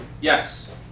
Yes